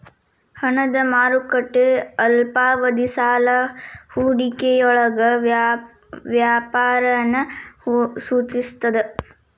ಹಣದ ಮಾರುಕಟ್ಟೆ ಅಲ್ಪಾವಧಿ ಸಾಲ ಹೂಡಿಕೆಯೊಳಗ ವ್ಯಾಪಾರನ ಸೂಚಿಸ್ತದ